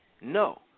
No